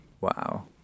Wow